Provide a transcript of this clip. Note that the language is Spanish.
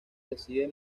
recibe